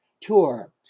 tour